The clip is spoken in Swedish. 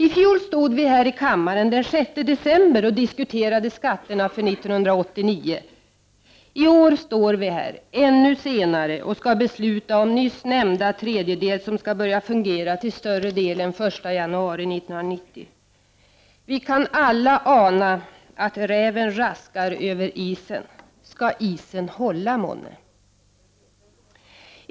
I fjol stod vi här i kammaren den 6 december och diskuterade skatterna för 1989. I år står vi här ännu senare och skall besluta om nyss nämnda tredjedel, som skall börja fungera till större delen den 1 januari 1990. Vi kan alla ana att räven raskar över isen. Skall isen hålla, månne?